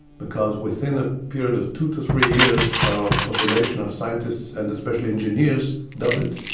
because within a period of two to three years our population of scientists, and especially engineers, doubled.